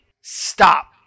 stop